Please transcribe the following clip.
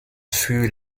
fut